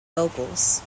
vocals